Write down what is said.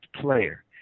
player